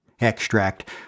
Extract